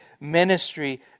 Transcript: ministry